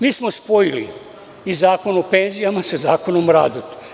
Mi smo spojili i Zakon o penzijama sa Zakonom o radu.